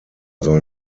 soll